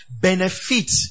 benefit